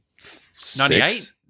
98